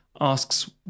asks